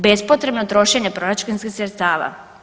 Bespotrebno trošenje proračunskih sredstava.